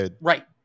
right